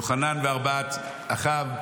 יוחנן וארבעת אחיו,